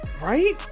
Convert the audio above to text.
Right